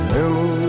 Hello